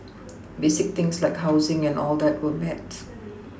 basic things like housing and all that were met